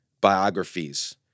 biographies